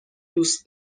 دوست